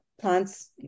plants